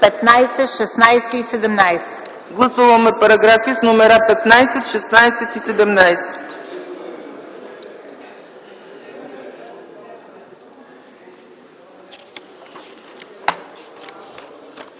15, 16 и 17.